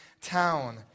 town